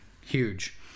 huge